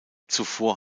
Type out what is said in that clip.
zuvor